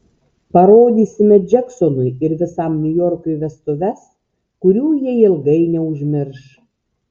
parodysime džeksonui ir visam niujorkui vestuves kurių jie ilgai neužmirš